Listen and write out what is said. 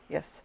Yes